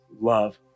love